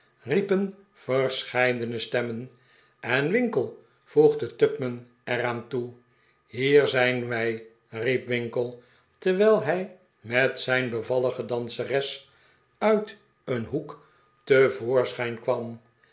riepen verscheidene stemmen en winkle voegde tupman er aan toe hier zijn wij riep winkle terwijl hij met zijn bevallige danseres uit een hoek te pwflwi wm